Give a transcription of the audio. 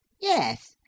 Yes